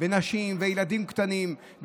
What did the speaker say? ונשים וילדים קטנים,